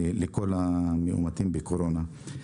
גם לכל המאומתים בקורונה.